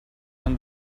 when